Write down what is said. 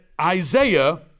Isaiah